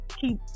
keep